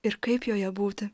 ir kaip joje būti